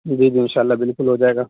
جی جی انشاء اللہ بالکل ہو جائے گا